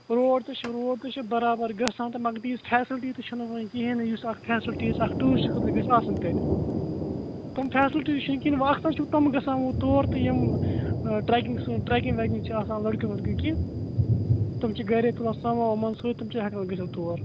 road تہِ چھُ road تہِ چھُ برابرگژھان مگر یُس فیسلٹی تہِ چھنہٕ ووں کِہینۍ تہِ یُس اتھ فیسَلٹیٖز اکھ ٹورسٹہٕ خٲطرٕ گژھِ آسٕنۍ تتہِ تم فیسَلٹیٖز چھنہٕ کِہینۍ ووں اتھ منز چھِ تِم گژھان ووں تور تہٕ یِم ٹریکِنگ سۭتۍ ٹریکِنگ ویکِنگ چِھ آسان لٔڑکہ ؤڑکہ کیٚنٛہہ تِم چھِ گَرے تُلان سامان وامان سۭتۍ تِم چھِ ہیکان گٔژھتھ تور